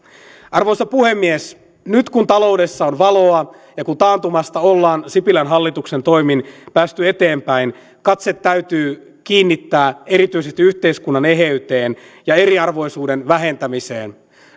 arvoisa puhemies nyt kun taloudessa on valoa ja kun taantumasta ollaan sipilän hallituksen toimin päästy eteenpäin katse täytyy kiinnittää erityisesti yhteiskunnan eheyteen ja eriarvoisuuden vähentämiseen